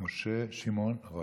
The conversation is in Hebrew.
משה שמעון רוט.